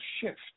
shift